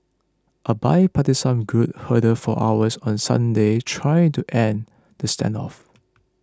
a bipartisan group huddled for hours on Sunday trying to end the stand off